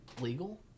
legal